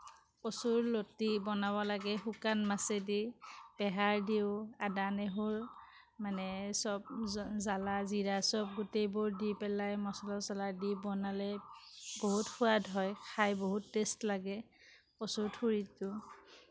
কচুৰ লতি বনাব লাগে শুকান মাছেদি তেহাৰ দিওঁ আদা নেহৰু মানে সব জ্বালা জিৰা সব গোটেইবোৰ দি পেলাই মছলা চছলা দি বনালে বহুত সোৱাদ হয় খাই বহুত টেষ্ট লাগে কচুৰ থুৰিটো